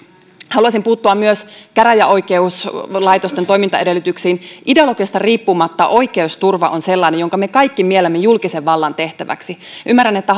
haluaisin puuttua myös käräjäoikeuslaitosten toimintaedellytyksiin ideologiasta riippumatta oikeusturva on sellainen jonka me kaikki miellämme julkisen vallan tehtäväksi ymmärrän että